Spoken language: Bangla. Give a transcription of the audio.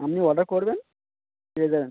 আমনি অর্ডার করবেন পেয়ে যাবেন